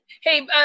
Hey